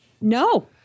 No